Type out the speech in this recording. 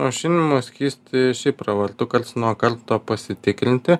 aušinimo skystį šiaip pravartu karts nuo karto pasitikrinti